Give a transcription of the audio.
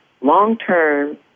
long-term